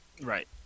Right